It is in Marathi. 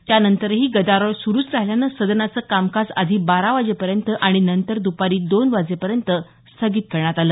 त्यानतरही गदारोळ सुरुच राहिल्यानं सदनाचं कामकाज आधी बारा वाजेपर्यंत आणि नंतर दुपारी दोन वाजेपर्यंत स्थगित करण्यात आलं